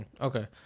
Okay